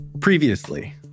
Previously